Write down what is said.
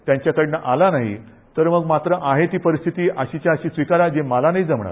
त्यांच्याकडनं आला नाही तर मग मात्र आहे ती परिस्थिती अशीच्या अशी स्विकारायची मला नाही जमणार